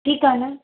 ठीकु आहे न